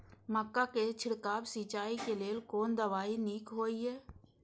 मक्का के छिड़काव सिंचाई के लेल कोन दवाई नीक होय इय?